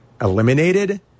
eliminated